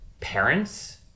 parents